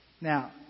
Now